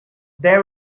they